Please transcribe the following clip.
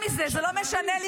אני לא אתן לה לשקר.